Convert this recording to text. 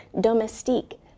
domestique